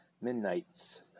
midnights